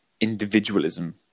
individualism